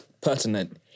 pertinent